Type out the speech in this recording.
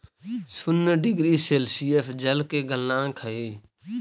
शून्य degree Celsius जल के गलनांक हई